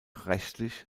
rechtlich